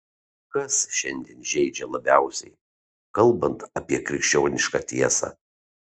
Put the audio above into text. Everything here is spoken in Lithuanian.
kas šiandien žeidžia labiausiai kalbant apie krikščionišką tiesą